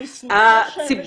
אני שמחה שהם משודרים.